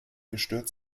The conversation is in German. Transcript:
gestört